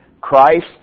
Christ